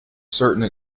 certain